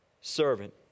servant